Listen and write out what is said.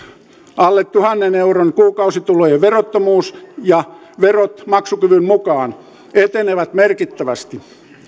alle tuhannen euron kuukausitulojen verottomuus ja verot maksukyvyn mukaan etenevät merkittävästi